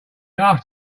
asked